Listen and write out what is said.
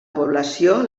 població